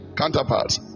counterparts